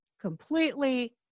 completely